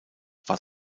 war